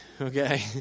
okay